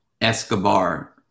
Escobar